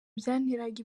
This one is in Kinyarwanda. byanteraga